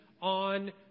on